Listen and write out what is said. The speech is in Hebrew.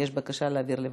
יש בקשה להעביר לוועדה.